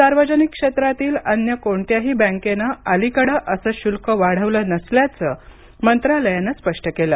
सार्वजनिक क्षेत्रातील अन्य कोणत्याही बँकैनं अलीकडे असे शुल्क वाढवले नसल्याचं मंत्रालयानं स्पष्ट केलं